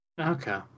Okay